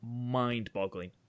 mind-boggling